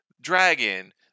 dragon